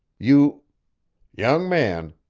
you young man,